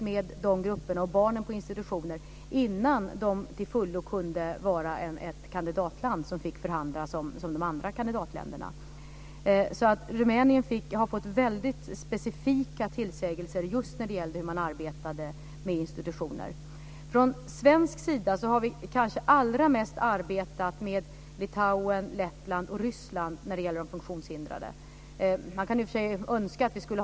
Det här är ju en väldigt jobbig fråga för dem också. Jag tror inte att den är det första man lyfter upp. Därför menar jag att Sverige faktiskt har en stor roll att spela här. Vi har kommit ganska långt i Sverige. Vi ska inte förhäva oss för det var inte så länge sedan vi själva hade många som bodde på institutioner osv., men vi har, som sagt, kommit väldigt långt. Jag är uppe här mycket för att stödja och visa att Sverige och regeringen har den här stora rollen i dag när det gäller att lyfta frågan.